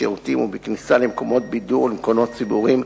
בשירותים ובכניסה למקומות בידור ולמקומות ציבוריים,